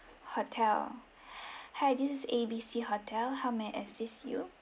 hotel hi this is A B C hotel how may I assist you